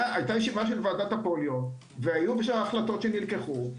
היתה ישיבה של ועדת הפוליו והיו החלטות שנלקחו.